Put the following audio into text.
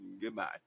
goodbye